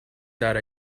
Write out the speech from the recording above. that